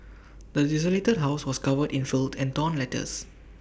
the desolated house was covered in filth and torn letters